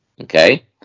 okay